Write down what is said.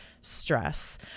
stress